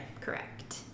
correct